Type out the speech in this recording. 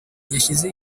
yahize